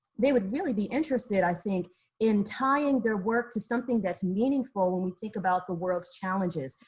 they would really be interested i think in tying their work to something that's meaningful. when we think about the world's challenges,